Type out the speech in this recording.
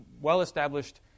well-established